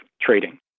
trading